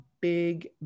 big